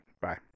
Bye